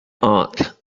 aunt